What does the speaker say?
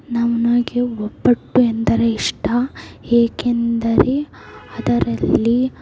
ನನಗೆ ಒಬ್ಬಟ್ಟು ಎಂದರೆ ಇಷ್ಟ ಏಕೆಂದರೆ ಅದರಲ್ಲಿ